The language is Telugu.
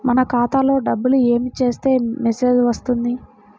మన ఖాతాలో డబ్బులు ఏమి చేస్తే మెసేజ్ వస్తుంది?